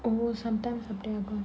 almost sometimes அப்டியாகும்:apdiyaagum